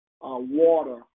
water